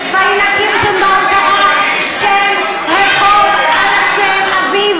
פאינה קירשנבאום קראה שם רחוב על שם אביו